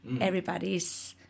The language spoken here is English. everybody's